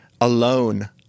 alone